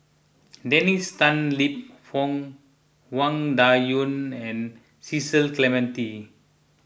Dennis Tan Lip Fong Wang Dayuan and Cecil Clementi